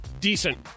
Decent